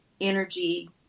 Energy